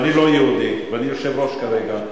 ואני לא יהודי ואני יושב-ראש כרגע,